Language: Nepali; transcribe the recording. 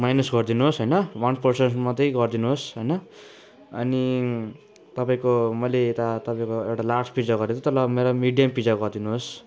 माइनस गरिदिनुहोस् होइन वान पर्सन मात्रै गरिदिनुहोस् होइन अनि तपाईँको मैले यता तपाईँको एउटा लार्ज पिज्जा गरेको थिएँ त्यसलाई अब मेरो मिडियम पिज्जा गरिदिनुहोस्